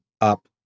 up